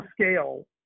scale